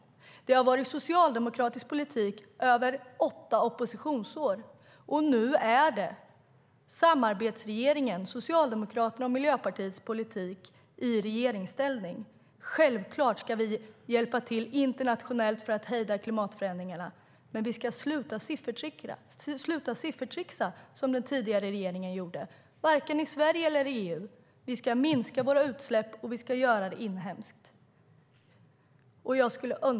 Det har varit socialdemokratisk politik i över åtta oppositionsår. Nu är det samarbetsregeringens - Socialdemokraternas och Miljöpartiets - politik i regeringsställning. Självklart ska vi hjälpa till internationellt för att hejda klimatförändringarna. Men vi ska sluta siffertricksa som den tidigare regeringen gjorde. Vi ska inte göra det vare sig i Sverige eller i EU. Vi ska minska våra utsläpp, och vi ska göra det inhemskt.